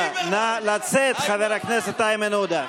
חבר הכנסת עודה.